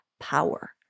power